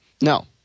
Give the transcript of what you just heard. No